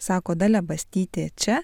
sako dalia bastytė čia